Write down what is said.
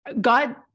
God